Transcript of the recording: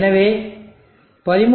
எனவே 13